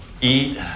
eat